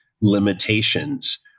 limitations